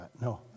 No